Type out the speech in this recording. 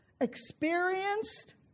experienced